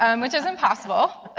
um which is impossible.